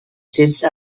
since